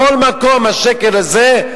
בכל מקום השקל הזה,